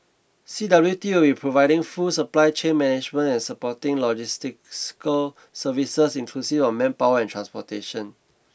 C W T will be providing full supply chain management and supporting logistical services inclusive of manpower and transportation